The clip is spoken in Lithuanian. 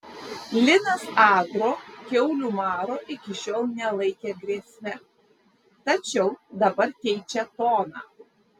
linas agro kiaulių maro iki šiol nelaikė grėsme tačiau dabar keičia toną